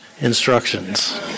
instructions